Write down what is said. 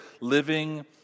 living